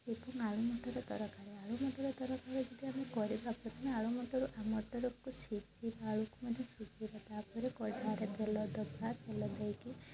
ଏଥର ଆଳୁ ମଟର ତରକାରୀ ଆଳୁ ମଟର ତରକାରୀ ଯଦି ଆମେ କରିବା ପ୍ରଥମେ ଆଳୁ ମଟର ମଟରକୁ ସିଝାଇ ଆଳୁକୁ ମଧ୍ୟ ସିଝାଇବା ତା'ପରେ କଢ଼େଇରେ ତେଲ ଦେବା ତେଲ ଦେଇକି